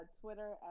Twitter